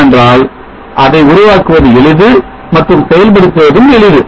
ஏனென்றால் அதை உருவாக்குவது எளிது மற்றும் செயல்படுத்துவதும் எளிது